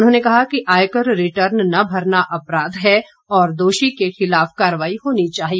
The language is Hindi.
उन्होंने कहा कि आयकर रिटर्न न भरना अपराध है और दोषी के खिलाफ कार्रवाई होनी चाहिए